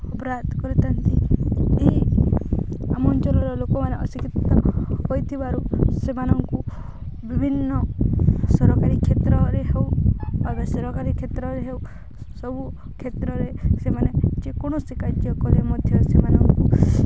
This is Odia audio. ଅପରାଧ କରିଥାନ୍ତି ଏହି ଆମ ଅଞ୍ଚଳର ଲୋକମାନେ ଅଶିକ୍ଷିତ ହୋଇଥିବାରୁ ସେମାନଙ୍କୁ ବିଭିନ୍ନ ସରକାରୀ କ୍ଷେତ୍ରରେ ହେଉ ବା ବେସରକାରୀ କ୍ଷେତ୍ରରେ ହେଉ ସବୁ କ୍ଷେତ୍ରରେ ସେମାନେ ଯେକୌଣସି କାର୍ଯ୍ୟ କଲେ ମଧ୍ୟ ସେମାନଙ୍କୁ